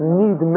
need